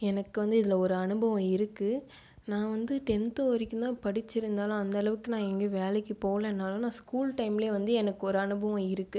எனக்கு வந்து இதில் ஒரு அனுபவம் இருக்கு நான் வந்து டென்த் வரைக்கும்தான் படித்திருந்தாலும் அந்த அளவுக்கு நான் எங்கேயும் வேலைக்கு போகலன்னாலும் நான் ஸ்கூல் டைமில் வந்து எனக்கு ஒரு அனுபவம் இருக்குது